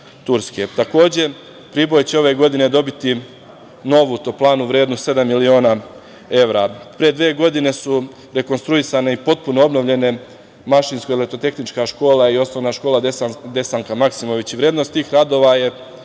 Turske. Takođe, Priboj će ove godine dobiti novu toplanu vrednu sedam miliona evra. Pre dve godine su rekonstruisane i potpuno obnovljene Mašinsko-elektrotehnička škola i OŠ „Desanka Maksimović“. Vrednost tih radova je